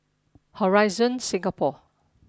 Horizon Singapore